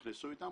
נכנסו איתם,